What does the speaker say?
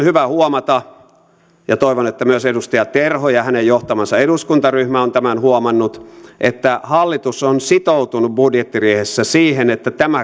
hyvä huomata ja toivon että myös edustaja terho ja hänen johtamansa eduskuntaryhmä on tämän huomannut että hallitus on sitoutunut budjettiriihessä siihen että tämän